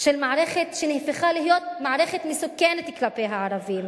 של מערכת שנהפכה להיות מערכת מסוכנת כלפי הערבים,